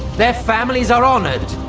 their families are honoured,